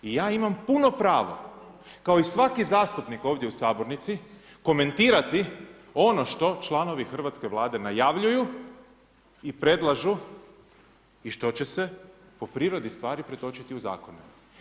I ja imam puno pravo, kao i svaki zastupnik ovdje u sabornici komentirati ono što članovi hrvatske vlade najavljuju i što će se po prirodi stvari pretočiti u zakone.